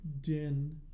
Din